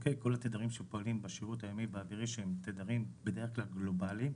כל התדרים שפועלים בשירות הימי והאווירי שהם תדרים בדרך כלל גלובליים,